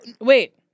Wait